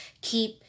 Keep